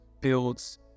builds